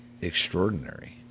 extraordinary